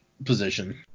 position